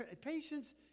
Patience